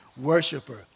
worshiper